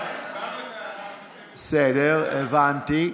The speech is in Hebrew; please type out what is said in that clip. בסדר, הבנתי.